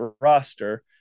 roster